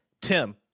Tim